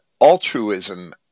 altruism